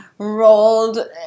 Rolled